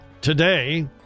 today